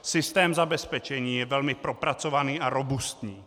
Systém zabezpečení je velmi propracovaný a robustní.